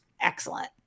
excellent